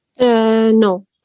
No